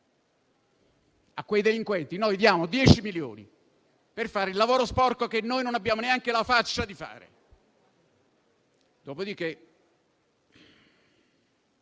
A quei delinquenti noi diamo 10 milioni, per fare il lavoro sporco che noi non abbiamo neanche la faccia di fare. Dopodiché,